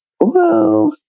Whoa